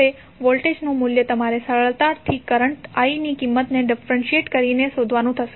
હવે વોલ્ટેજ નું મૂલ્ય તમારે સરળતાથી કરંટ i ની કિંમતને ડિફરેન્ટિયટ કરીને શોધવાનુ થશે